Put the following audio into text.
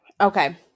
Okay